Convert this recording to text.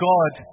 God